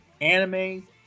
anime